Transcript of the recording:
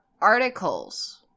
articles-